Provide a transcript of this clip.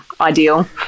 ideal